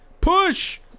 push